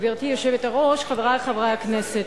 גברתי היושבת-ראש, חברי חברי הכנסת,